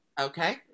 Okay